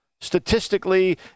Statistically